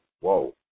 whoa